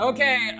Okay